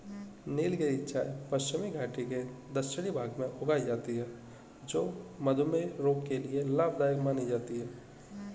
नीलगिरी चाय पश्चिमी घाटी के दक्षिणी भाग में उगाई जाती है जो मधुमेह रोग के लिए लाभदायक मानी जाती है